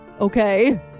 Okay